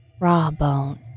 Rawbone